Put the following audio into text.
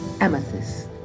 amethyst